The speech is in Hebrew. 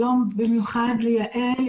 שלום במיוחד ליעל,